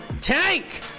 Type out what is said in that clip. tank